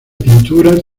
pintura